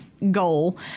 goal